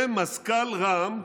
זה מזכ"ל רע"מ,